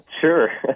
sure